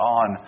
on